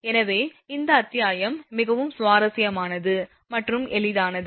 எனவே இந்த அத்தியாயம் மிகவும் சுவாரஸ்யமானது மற்றும் எளிதானது